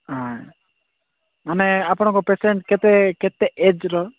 ହଁ ମାନେ ଆପଣଙ୍କ ପେସେଣ୍ଟ୍ କେତେ କେତେ ଏଜ୍ର